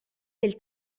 del